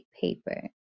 paper